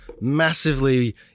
massively